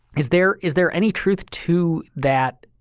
is there is there any truth to that,